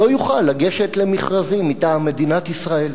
לא יוכל לגשת למכרזים מטעם מדינת ישראל.